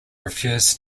refers